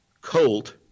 Colt